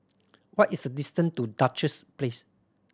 what is the distance to Duchess Place